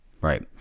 right